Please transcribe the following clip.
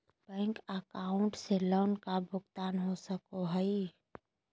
Bank account से loan का भुगतान हो सको हई?